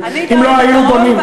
אני גרה בדרום,